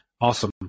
Awesome